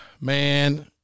Man